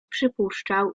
przypuszczał